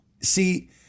See